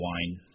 Wine